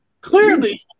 Clearly